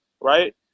right